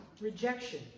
rejection